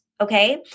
Okay